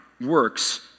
works